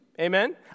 Amen